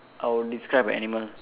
I'll describe a animal